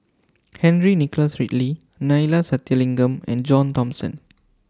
Henry Nicholas Ridley Neila Sathyalingam and John Thomson